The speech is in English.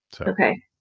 Okay